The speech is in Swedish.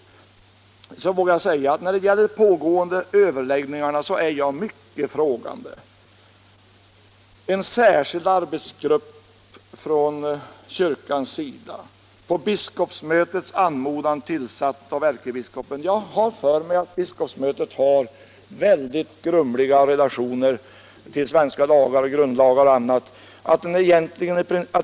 Förhållandet Slutligen vågar jag säga att jag ställer mig mycket frågande till de mellan stat och pågående överläggningarna i en särskild arbetsgrupp från kyrkans sida, — kyrka m.m. på biskopsmötets anmodan tillsatt av ärkebiskopen. Jag har för mig att biskopsmötet har mycket grumliga relationer till svenska grundlagar och andra lagar.